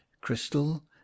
crystal